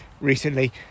recently